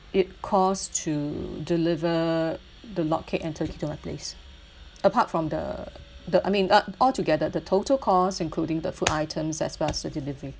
it cost to deliver the log cake and turkey to my place apart from the the I mean uh altogether the total costs including the food items as well as the delivery